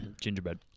gingerbread